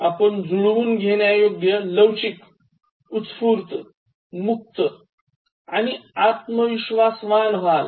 आपण जुळवून घेण्यायोग्य लवचिक उत्स्फूर्त मुक्त आणि आत्मविश्वासवान व्हाल